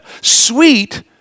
Sweet